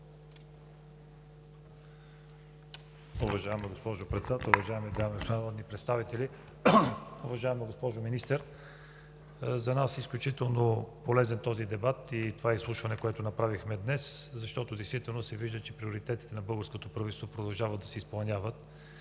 Уважаема госпожо Председател, уважаеми дами и господа народни представители! Уважаема госпожо Министър, за нас е изключително полезен този дебат и това изслушване, което направихме днес, защото се вижда, че приоритетите на българското правителство продължават да се изпълняват